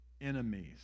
enemies